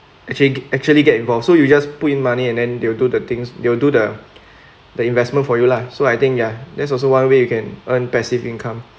actually actually get involved so you just put in money and then they'll do the things they will do the the investment for you lah so I think ya that's also one way you can earn passive income